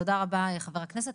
תודה רבה חבר הכנסת.